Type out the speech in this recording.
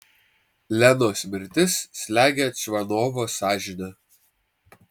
lenos mirtis slegia čvanovo sąžinę